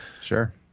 Sure